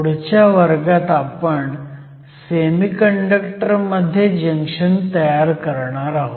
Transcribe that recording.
पुढच्या वर्गात आपण सेमीकंडक्टर मध्ये जंक्शन तयार करणार आहोत